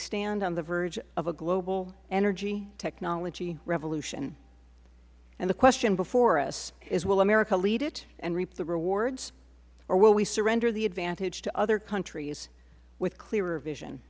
stand on the verge of a global energy technology revolution and the question before us is will america lead it and reap the rewards or will we surrender the advantage to other countries with clearer vision